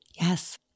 Yes